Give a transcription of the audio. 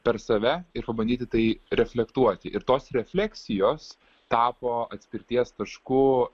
per save ir pabandyti tai reflektuoti ir tos refleksijos tapo atspirties tašku